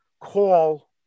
call